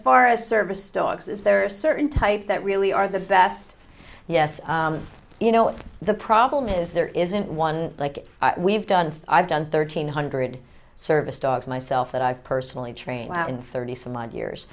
far as service dogs is there are certain types that really are the best yes you know the problem is there isn't one like we've done i've done thirteen hundred service dogs myself that i've personally trained in thirty some odd years